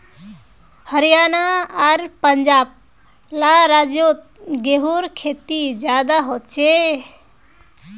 हरयाणा आर पंजाब ला राज्योत गेहूँर खेती ज्यादा होछे